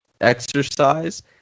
exercise